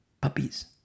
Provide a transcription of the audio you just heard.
puppies